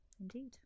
Indeed